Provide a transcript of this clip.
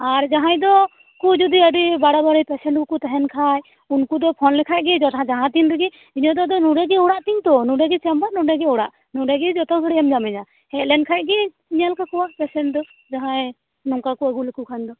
ᱟᱨ ᱡᱟᱦᱟᱸᱭ ᱫᱚᱠᱚ ᱡᱩᱫᱤ ᱟᱹᱰᱤ ᱵᱟᱲᱟᱵᱟᱲᱤ ᱯᱮᱥᱮᱱᱴ ᱦᱚᱸᱠᱚ ᱛᱟᱦᱮᱱ ᱠᱷᱟᱡ ᱩᱱᱠᱩ ᱫᱚ ᱯᱷᱳᱱ ᱞᱮᱠᱷᱟᱡ ᱜᱮ ᱡᱟᱦᱟᱸ ᱛᱤᱱ ᱨᱮᱜᱮ ᱤᱧᱟᱹᱜ ᱫᱚ ᱟᱫᱚ ᱱᱚᱸᱰᱮ ᱜᱮ ᱚᱲᱟᱜ ᱛᱤᱧᱛᱚ ᱱᱚᱸᱰᱮ ᱜᱮ ᱪᱮᱢᱵᱟᱨ ᱱᱚᱰᱮ ᱜᱮ ᱚᱲᱟᱜ ᱱᱚᱸᱰᱮ ᱜᱮ ᱡᱚᱛᱚ ᱜᱷᱟᱹᱲᱤᱡᱮᱢ ᱧᱟᱢᱮᱧᱟ ᱦᱮᱡ ᱞᱮᱱ ᱠᱷᱟᱱ ᱜᱮᱧ ᱧᱮᱞ ᱠᱟᱠᱚᱣᱟ ᱯᱮᱥᱮᱱᱴ ᱫᱚ ᱡᱟᱦᱟᱸᱭ ᱱᱚᱝᱠᱟ ᱠᱚ ᱟᱹᱜᱩ ᱞᱮᱠᱚ ᱠᱷᱟᱱ ᱫᱚ